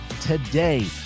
today